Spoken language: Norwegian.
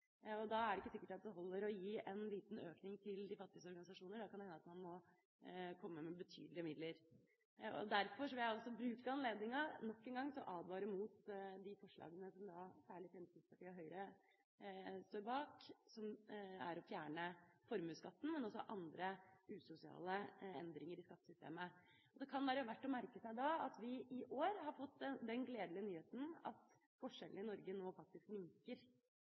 Det er ikke da sikkert at det holder med å gi en liten økning til de fattiges organisasjoner, det kan hende at man må komme med betydelige midler. Derfor vil jeg bruke anledningen til nok en gang å advare mot de forslagene som særlig Fremskrittspartiet og Høyre står bak, som det å fjerne formuesskatten, og også forslag om andre usosiale endringer i skattesystemet. Det kan da være verdt å merke seg at vi i år har fått den gledelige nyheten at forskjellene i Norge nå faktisk